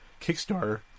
Kickstarter